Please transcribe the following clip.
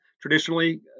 traditionally